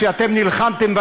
שאתן נלחמתן עליו,